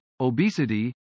obesity